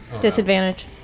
Disadvantage